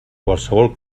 qualssevol